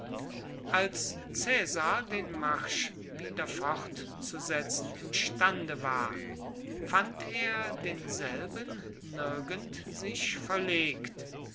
als caesar den marsch wieder fortzusetzen imstande war fand er denselben nirgend sich verlegt